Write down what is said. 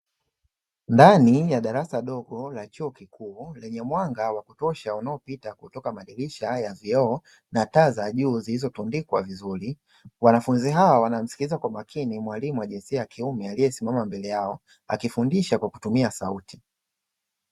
Ndani ya darasa dogo la chuo kikuu lenye mwanga wa kutosha unaopita kutoka madirisha ya vioo na taa za juu zilizotundikwa vizuri, wanafunzi hawa wanamsikilkiza kwa makini mwalimu wa jinsia ya kiume aliyesimama mbele yao akifundisha kwa kutumia sauti.